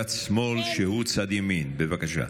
צד שמאל, שהוא צד ימין, בבקשה.